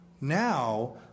now